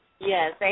Yes